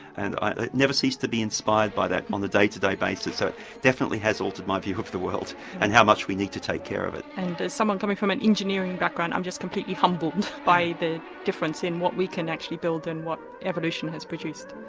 and i never cease to be inspired by that on a day-to-day basis so it definitely has altered my view of the world and how much we need to take care of it. and as someone coming from an engineering background i'm just completely humbled by the difference in what we can actually build and what evolution has produced.